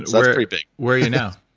sort of pretty big where are you now?